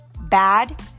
bad